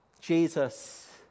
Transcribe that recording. Jesus